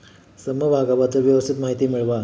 समभागाबद्दल व्यवस्थित माहिती मिळवा